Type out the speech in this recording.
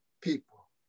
people